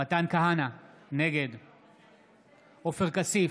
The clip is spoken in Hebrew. מתן כהנא, נגד עופר כסיף,